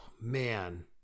Man